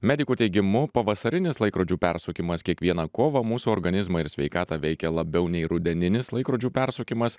medikų teigimu pavasarinis laikrodžių persukimas kiekvieną kovą mūsų organizmą ir sveikatą veikia labiau nei rudeninis laikrodžių persukimas